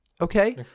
Okay